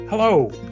Hello